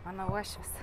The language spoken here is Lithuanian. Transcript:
mano uošvis